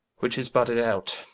which is budded out,